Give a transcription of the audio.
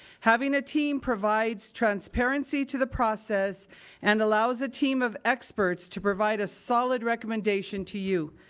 having a team provides transparency to the process and allows a team of experts to provide a solid recommendation to you.